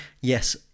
yes